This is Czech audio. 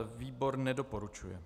Výbor nedoporučuje.